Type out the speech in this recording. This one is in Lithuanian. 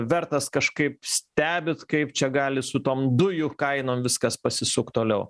vertas kažkaip stebit kaip čia gali su tom dujų kainom viskas pasisukt toliau